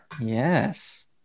yes